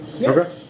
Okay